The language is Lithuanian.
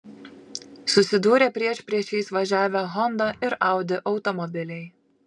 susidūrė priešpriešiais važiavę honda ir audi automobiliai